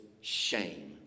shame